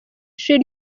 ishuri